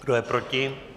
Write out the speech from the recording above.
Kdo je proti?